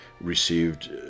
received